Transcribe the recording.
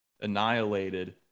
annihilated